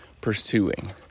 pursuing